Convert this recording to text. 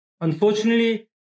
unfortunately